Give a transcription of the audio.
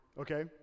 okay